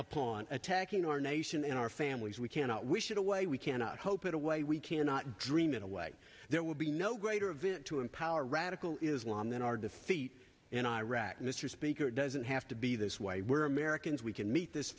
upon attacking our nation and our families we cannot wish it away we cannot hope it away we cannot dream in a way that will be no greater event to empower radical islam than our defeat in iraq mr speaker doesn't have to be this way we're americans we can meet this